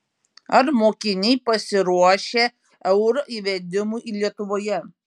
ar mokiniai pasiruošę euro įvedimui lietuvoje